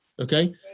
okay